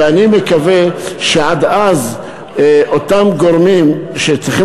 ואני מקווה שעד אז אותם גורמים שצריכים